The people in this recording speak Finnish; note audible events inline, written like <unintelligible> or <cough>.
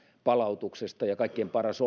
palautuksesta ja kaikkein paras <unintelligible>